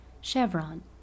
Chevron